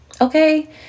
okay